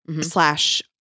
slash